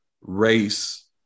race